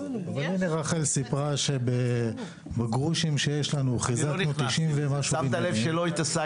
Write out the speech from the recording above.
אבל הנה רחל סיפרה שבגרושים שיש לנו חיזקנו 90 ומשהו מבנים.